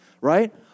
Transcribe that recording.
right